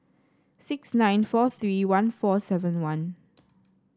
six nine four three one four seven one